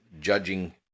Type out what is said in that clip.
judging